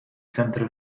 центри